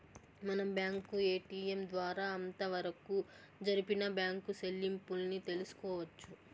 మనం bank ATM ద్వారా అంతవరకు జరిపిన బ్యాంకు సెల్లింపుల్ని తెలుసుకోవచ్చు